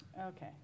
Okay